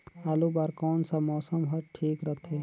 आलू बार कौन सा मौसम ह ठीक रथे?